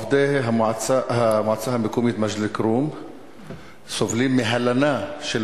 עובדי המועצה המקומית מג'ד-אל-כרום סובלים מהלנה של